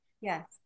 yes